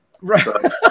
Right